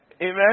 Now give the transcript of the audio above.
Amen